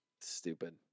Stupid